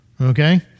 okay